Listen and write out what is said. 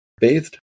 bathed